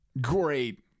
Great